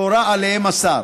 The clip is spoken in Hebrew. שהורה עליהם השר